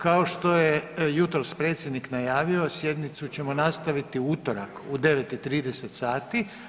Kao što je jutros predsjednik najavio, sjednicu ćemo nastaviti u utorak u 9,30 sati.